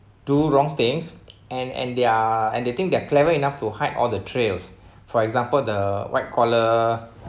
do wrong things and and they are and they think they are clever enough to hide all the trails for example the white collar